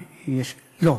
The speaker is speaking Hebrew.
לא,